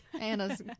Anna's